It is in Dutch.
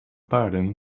paarden